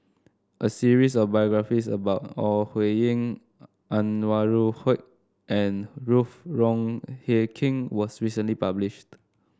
a series of biographies about Ore Huiying Anwarul Haque and Ruth Wong Hie King was recently published